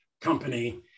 company